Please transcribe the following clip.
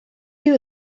you